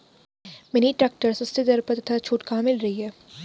Mini tractor सस्ते दर पर तथा छूट कहाँ मिल रही है?